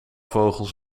vogels